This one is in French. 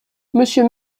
monsieur